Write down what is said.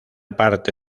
parte